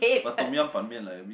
but tom-yum ban-mian a bit